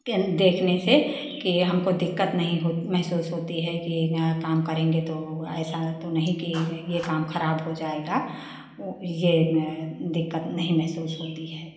के देखने से कि हमको दिक्कत नहीं हो महसूस होती है कि काम करेंगे तो ऐसा तो नहीं कि ये काम खराब हो जाएगा ये दिक्कत नहीं महसूस होती है